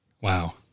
Wow